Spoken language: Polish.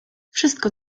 wszystko